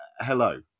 Hello